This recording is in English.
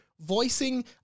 voicing